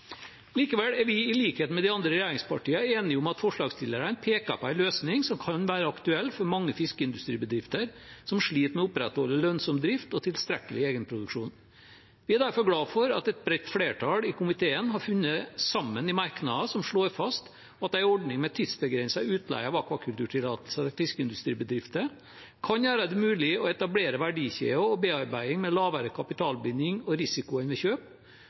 Likevel er vi, i likhet med de andre regjeringspartiene, enig i at forslagsstillerne peker på en løsning som kan være aktuell for mange fiskeindustribedrifter som sliter med å opprettholde en lønnsom drift og tilstrekkelig egenproduksjon. Vi er derfor glade for at et bredt flertall i komiteen har funnet sammen i merknader som slår fast at en ordning med tidsbegrenset utleie av akvakulturtillatelser i fiskeindustribedrifter kan gjøre det mulig å etablere verdikjeder og bearbeiding med lavere kapitalbinding og